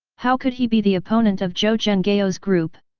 how could he be the opponent of zhou zhenghao's group?